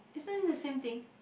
isn't it the same thing